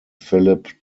philip